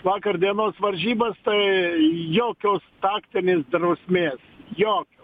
vakar dienos varžybas tai jokios taktinės drausmės jokio